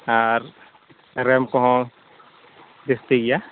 ᱟᱨ ᱨᱮᱢ ᱠᱚᱦᱚᱸ ᱡᱟᱹᱥᱛᱤ ᱜᱮᱭᱟ